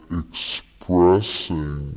expressing